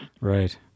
Right